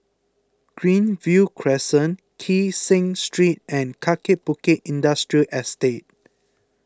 Greenview Crescent Kee Seng Street and Kaki Bukit Industrial Estate